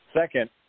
Second